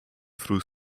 through